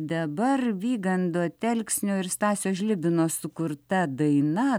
dabar vygando telksnio ir stasio žlibino sukurta daina